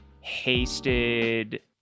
hasted